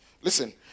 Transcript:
Listen